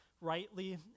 rightly